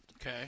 Okay